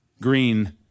green